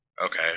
Okay